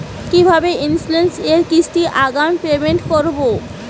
কিভাবে ইন্সুরেন্স এর কিস্তি আগাম পেমেন্ট করবো?